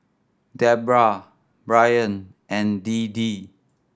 Debra Bryn and Deedee